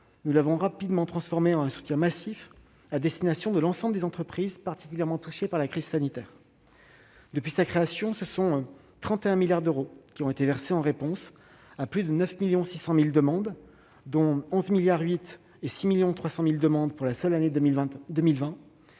nous l'avons rapidement transformé en un soutien massif à destination de l'ensemble des entreprises particulièrement touchées par la crise sanitaire. Depuis sa création, 31 milliards d'euros ont été versés en réponse à plus de 9,6 millions de demandes, dont 11,8 milliards d'euros et 6,3 millions de demandes pour la seule année 2020.